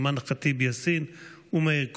אימאן ח'טיב יאסין ומאיר כהן.